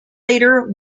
later